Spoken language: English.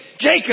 Jacob